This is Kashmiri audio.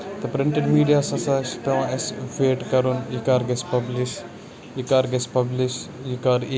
پرنٹِڈ میٖڈیاہَس ہسا چھُ پیٚوان اَسہِ ویٹ کَرُن یہِ کر گژھِ پِبلِش یہِ کر گژھِ پَبلِش یہِ کر یہِ